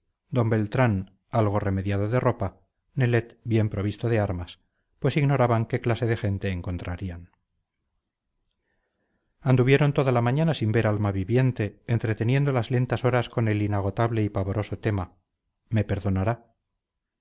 d beltrán algo remediado de ropa nelet bien provisto de armas pues ignoraban qué clase de gente encontrarían anduvieron toda la mañana sin ver alma viviente entreteniendo las lentas horas con el inagotable y pavoroso tema me perdonará